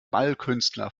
ballkünstler